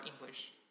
English